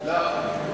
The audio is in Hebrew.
לא,